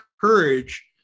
courage